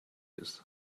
ist